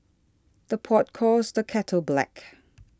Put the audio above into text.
the pot calls the kettle black